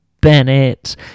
Bennett